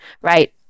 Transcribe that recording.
right